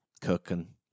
Cooking